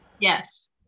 Yes